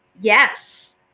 Yes